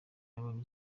yabonye